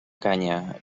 canya